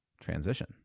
transition